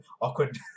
awkward